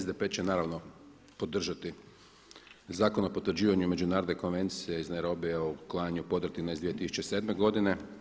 SDP će naravno podržati Zakon o potvrđivanju Međunarodne konvencije iz Nairobija o uklanjanju podrtina iz 2007. godine.